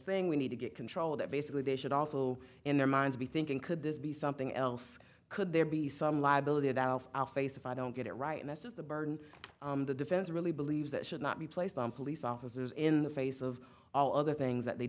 thing we need to get control of that basically they should also in their minds be thinking could this be something else could there be some liability that i'll face if i don't get it right and that's just the burden the defense really believes that should not be placed on police officers in the face of all other things that they